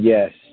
Yes